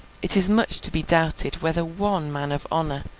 it is much to be doubted whether one man of honour,